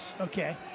Okay